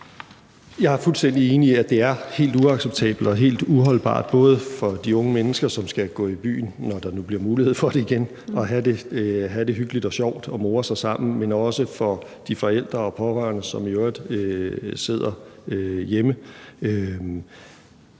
Jeg er fuldstændig enig i, at det er helt uacceptabelt og helt uholdbart både for de unge mennesker, som skal gå i byen, når der nu bliver mulighed for det igen, og have det hyggeligt og sjovt og more sammen, men også for de forældre og pårørende, som i øvrigt sidder hjemme.